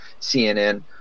CNN